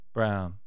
Brown